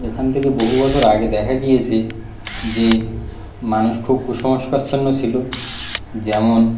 এখন থেকে বহু বছর আগে দেখা গিয়েছে যে মানুষ খুব কুসংস্কারাচ্ছন্ন ছিল যেমন